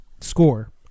score